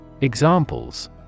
Examples